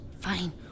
Fine